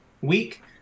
week